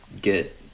get